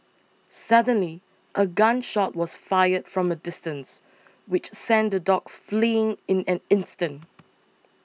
suddenly a gun shot was fired from a distance which sent the dogs fleeing in an instant